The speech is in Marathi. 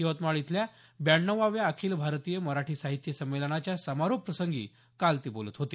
यवतमाळ इथल्या ब्याण्णवाव्या अखिल भारतीय मराठी साहित्य संमेलनाच्या समारोप प्रसंगी काल ते बोलत होते